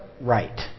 right